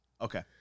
Okay